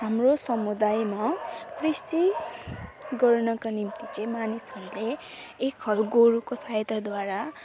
हाम्रो समुदायमा कृषि गर्नको निम्ति चाहिँ मानिसहरूले एक हल गोरुको सहायताद्वारा